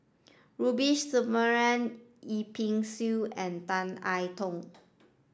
Rubiah Yip Pin Xiu and Tan I Tong